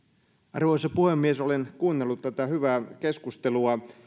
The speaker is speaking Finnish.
arvoisa puhemies olen kuunnellut tätä hyvää keskustelua